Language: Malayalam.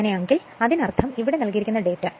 അങ്ങനെയാണെങ്കില് അതിനർത്ഥം ഇവയാണ് നൽകിയിരിക്കുന്ന ഡാറ്റ